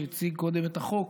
שהציג קודם את החוק,